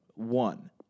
one